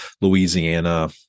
Louisiana